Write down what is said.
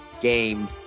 game